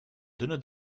dunne